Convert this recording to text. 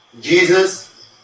Jesus